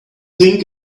think